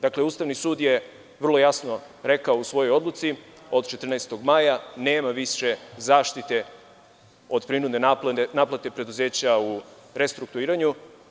Dakle, Ustavni sud je vrlo jasno rekao u svojoj odluci – od 14. maja nema više zaštite od prinudne naplate preduzeća u restrukturiranju.